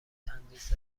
تندیس